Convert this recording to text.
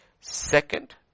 second